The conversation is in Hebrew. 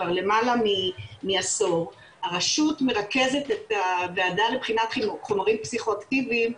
כבר למעלה מעשור הרשות מרכזת את הוועדה לבחינת חומרים פסיכואקטיביים,